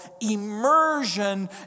immersion